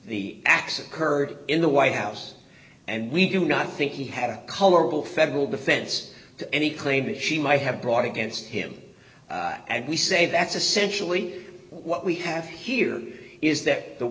the acts occurred in the white house and we do not think he had a colorable federal defense to any claim that she might have brought against him and we say that's essentially what we have here is that the